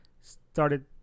started